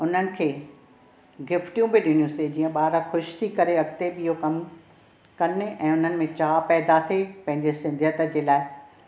हुननि खे गिफ़्ट बि डि॒नासीं जीअं ॿार खु़शि थी करे अॻिते बि इहो कम कनि ऐं हुननि में चाह पैदा थिये पंहिंजी सिंधिअत जे लाइ